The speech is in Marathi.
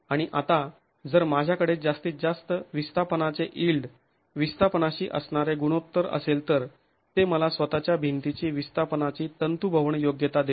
आणि आता जर माझ्याकडे जास्तीत जास्त विस्थापनाचे यिल्ड विस्थापनाशी असणारे गुणोत्तर असेल तर ते मला स्वतःच्या भिंतीची विस्थापनाची तंतूभवन योग्यता देते